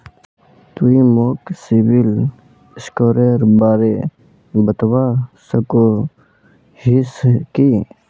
तुई मोक सिबिल स्कोरेर बारे बतवा सकोहिस कि?